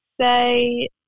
say